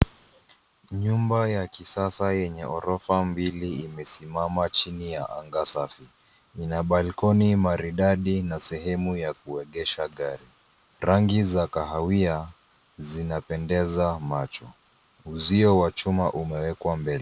Nyumba ya kisasa yenye ghorofa mbili imesimama chini ya anga safi. Lina balkoni maridadi na sehemu ya kuegesha gari. Rangi za kahawia zinapendeza macho. Uzio wa chuma umewekwa mbele.